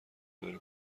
بره